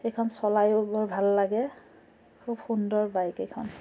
এইখন চলাইয়ো বৰ ভাল লাগে খুব সুন্দৰ বাইক এইখন